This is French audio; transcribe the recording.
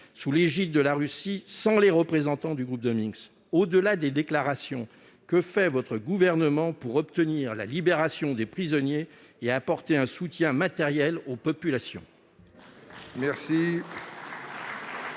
sous l'égide de la Russie, sans les représentants du groupe de Minsk. Au-delà des déclarations, que fait votre gouvernement pour obtenir la libération des prisonniers et apporter un soutien matériel aux populations ?